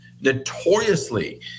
notoriously